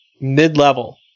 mid-level